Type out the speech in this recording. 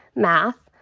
math.